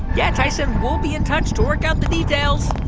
yeah, tyson. we'll be in touch to work out the details